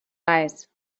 eyes